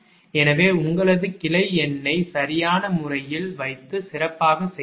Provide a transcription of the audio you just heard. எனவே உங்களது கிளை எண்ணை சரியான முறையில் வைத்து சிறப்பாகச் செய்யலாம்